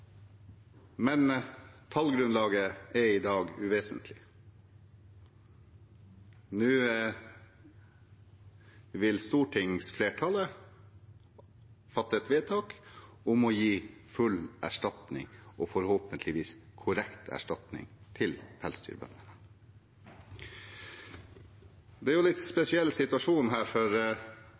Men tallgrunnlaget er i dag uvesentlig. Nå vil stortingsflertallet fatte et vedtak om å gi full erstatning – og forhåpentligvis korrekt erstatning – til pelsdyrbøndene. Det er en litt spesiell situasjon her